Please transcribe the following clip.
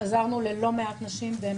תן לי לסיים את המשפט.